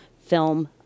film